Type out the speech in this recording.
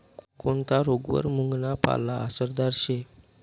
कोनता रोगवर मुंगना पाला आसरदार शे